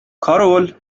کارول